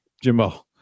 Jimbo